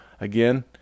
again